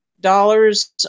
dollars